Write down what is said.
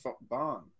barn